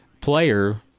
player